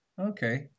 okay